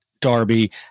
Darby